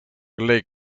lake